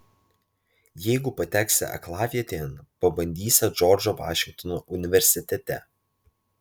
jeigu pateksią aklavietėn pabandysią džordžo vašingtono universitete